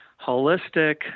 holistic